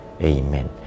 amen